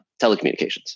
telecommunications